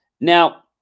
Now